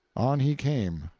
on he came.